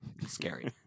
Scary